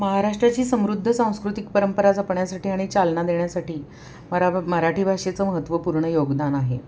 महाराष्ट्राची समृद्ध सांस्कृतिक परंपरा जपण्यासाठी आणि चालना देण्यासाठी मरावं मराठी भाषेचं महत्त्वपूर्ण योगदान आहे